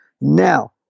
Now